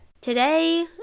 today